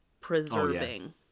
preserving